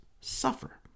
suffer